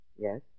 Yes